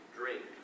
drink